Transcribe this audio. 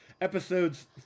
Episodes